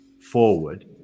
forward